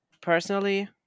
Personally